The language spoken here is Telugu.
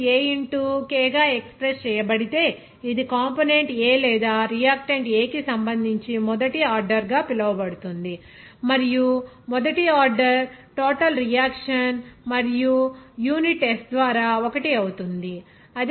ఇక్కడ రేటు A ఇంటూ k గా ఎక్స్ప్రెస్ చేయబడితే ఇది కంపోనెంట్ A లేదా రియాక్టెంట్ A కి సంబంధించి మొదటి ఆర్డర్గా పిలువబడుతుంది మరియు మొదటి ఆర్డర్ టోటల్ రియాక్షన్ మరియు యూనిట్ s ద్వారా 1 అవుతుంది